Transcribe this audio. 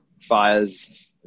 fires